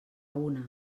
una